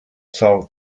são